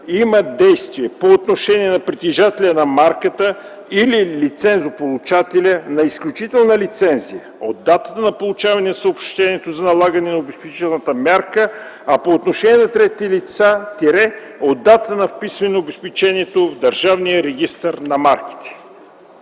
има действие по отношение на притежателя на марката или лицензополучателя на изключителна лицензия от датата на получаване на съобщението за налагане на обезпечителната мярка, а по отношение на третите лица – от датата на вписване на обезпечението в Държавния регистър на марките.”